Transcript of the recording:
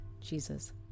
Jesus